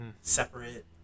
separate